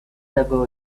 ago